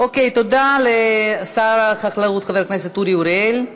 תודה לשר החקלאות חבר הכנסת אורי אריאל.